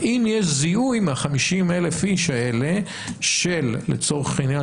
האם יש זיהוי מה-50,000 איש האלה שהם לצורך העניין